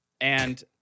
and-